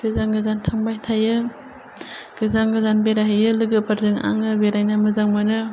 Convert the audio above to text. गोजान गोजान थांबाय थायो गोजान गोजान बेरायहैयो लोगोफोरजों आङो बेरायनो मोजां मोनो